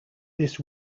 this